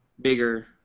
bigger